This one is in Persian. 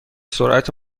سرعت